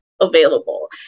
Available